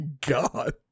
god